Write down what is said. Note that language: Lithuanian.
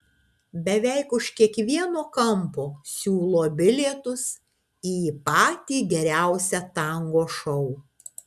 beveik už kiekvieno kampo siūlo bilietus į patį geriausią tango šou